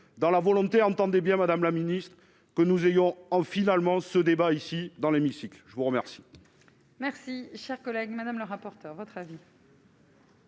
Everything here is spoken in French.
dans la volonté, entendait bien, Madame la Ministre, que nous ayons en finalement ce débat ici dans l'hémicycle, je vous remercie. Merci, chers Madame la rapporteure votre avis.